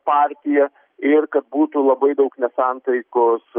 partija ir kad būtų labai daug nesantaikos